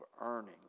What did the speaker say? earning